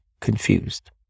confused